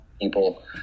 people